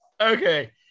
Okay